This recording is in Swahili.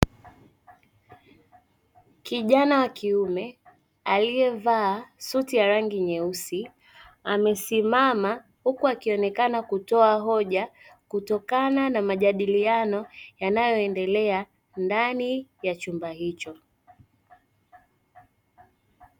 Kijana wa kiume aliyevaa suti ya rangi nyeusi amesimama, huku akionekana kutoa hoja kutokana na majadiliano yanayoendelea ndani ya chumba hicho.